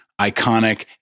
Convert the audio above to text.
iconic